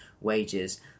wages